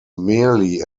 merely